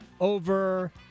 over